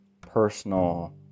personal